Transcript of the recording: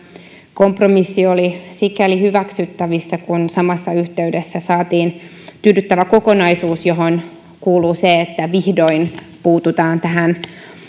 kompromissi oli sikäli hyväksyttävissä kun samassa yhteydessä saatiin tyydyttävä kokonaisuus johon kuuluu se että vihdoin puututaan tähän